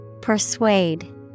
Persuade